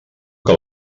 que